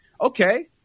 okay